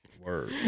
Word